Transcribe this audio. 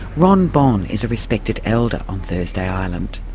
ron bon is a respected elder on thursday island.